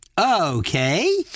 Okay